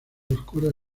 oscuras